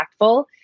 impactful